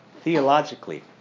theologically